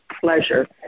pleasure